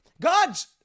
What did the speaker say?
God's